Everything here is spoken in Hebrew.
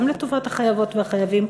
גם לטובת החייבות והחייבים,